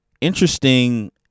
interesting